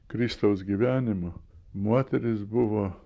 kristaus gyvenimo moteris buvo